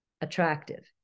attractive